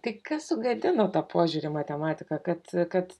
tai kas sugadino tą požiūrį į matematiką kad kad